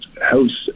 house